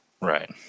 Right